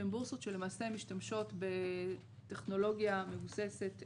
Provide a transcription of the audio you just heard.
שהן בורסות שלמעשה משתמשות בטכנולוגיה מבוססת